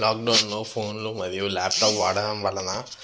లాక్డౌన్లో ఫోన్లు మరియు లాప్టాప్ వాడటం వలన